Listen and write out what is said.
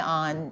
on